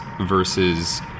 versus